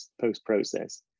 post-process